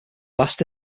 last